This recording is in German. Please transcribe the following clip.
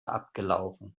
abgelaufen